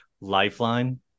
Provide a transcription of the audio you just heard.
Lifeline